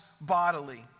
bodily